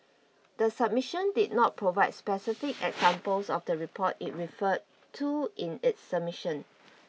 the submission did not provide specific examples of the report it referred to in its submission